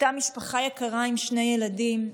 אותה משפחה יקרה עם שני ילדים,